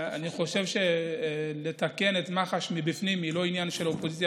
אני חושב שלתקן את מח"ש מבפנים זה לא עניין של אופוזיציה